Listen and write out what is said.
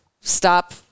stop